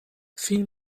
فیلم